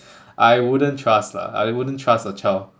I wouldn't trust lah I wouldn't trust a child